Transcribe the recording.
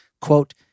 quote